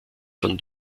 von